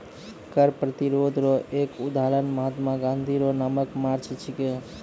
कर प्रतिरोध रो एक उदहारण महात्मा गाँधी रो नामक मार्च छिकै